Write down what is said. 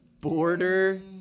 border